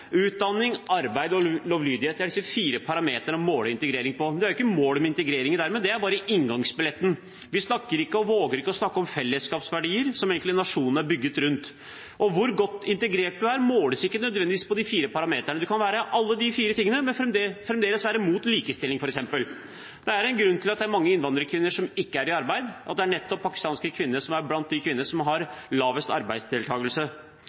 utdanning, arbeid og lovlydighet – at det er disse fire parameterne å måle integrering etter. Men det er ikke målet med integrering; det er bare inngangsbilletten. Vi snakker ikke – og våger ikke å snakke – om fellesskapsverdier, som nasjonen egentlig er bygget rundt. Hvor godt integrert en er, måles ikke nødvendigvis etter de fire parameterne. En kan ha alle de fire tingene, men en kan fremdeles være mot likestilling f.eks. Det er en grunn til at det er mange innvandrerkvinner som ikke er i arbeid, at det er nettopp pakistanske kvinner som er blant de kvinnene som har lavest arbeidsdeltakelse.